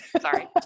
Sorry